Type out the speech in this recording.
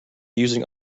using